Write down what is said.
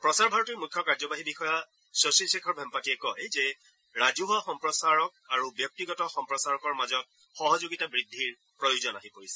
প্ৰচাৰ ভাৰতীৰ মুখ্য কাৰ্যবাহী বিষয়া শশী শেখৰ ভেম্পাট্টিয়ে কয় যে ৰাজহুৱা সম্প্ৰচাৰক আৰু ব্যক্তিগত সম্প্ৰচাৰকৰ মাজত সহযোগিতা বৃদ্ধিৰ প্ৰয়োজন আহি পৰিছে